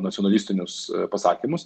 nacionalistinius pasakymus